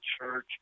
church